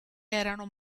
erano